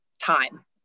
time